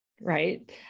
right